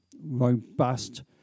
robust